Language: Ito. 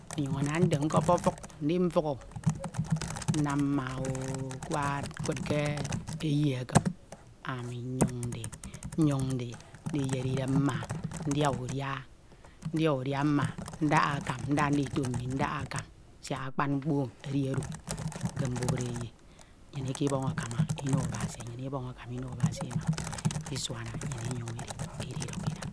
ọnyuñ ana nte nkefufuk ndifọk o, mmam mma o kwad nkud ke eyi ekim, ami nyoñ ndi nyoñ ndiyed idem mma ndia udia, ndia udia mma ndaka akam, nda ndito mmi ndakha akam, siak akpan mkpo edi oro ke mbubideyi nnyun ikebọñ akam ino Abasi, nnyin ibọñ akam ino Abasi ima, iduana nnyin inyoñ idi ididuk idapo.